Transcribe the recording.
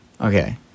Okay